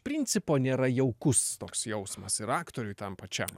principo nėra jaukus toks jausmas ir aktoriui tam pačiam